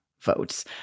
votes